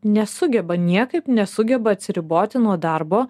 nesugeba niekaip nesugeba atsiriboti nuo darbo